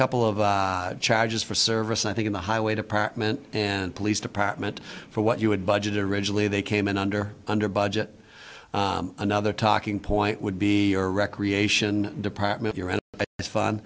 couple of charges for service i think in the highway department and police department for what you had budgeted originally they came in under under budget another talking point would be or recreation department